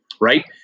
right